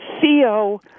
Theo